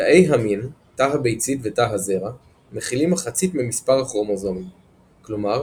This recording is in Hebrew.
תאי המין – תא הביצית ותא הזרע – מכילים מחצית ממספר הכרומוזומים כלומר,